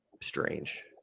strange